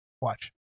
watch